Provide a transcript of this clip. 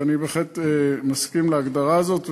ואני בהחלט מסכים להגדרה הזאת.